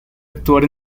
actuar